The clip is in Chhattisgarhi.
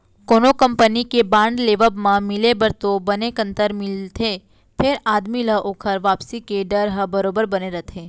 कोनो कंपनी के बांड लेवब म मिले बर तो बने कंतर मिलथे फेर आदमी ल ओकर वापसी के डर ह बरोबर बने रथे